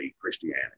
Christianity